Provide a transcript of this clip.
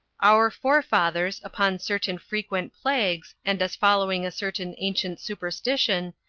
our forefathers, upon certain frequent plagues, and as following a certain ancient superstition,